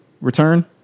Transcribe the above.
return